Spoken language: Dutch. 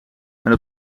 maar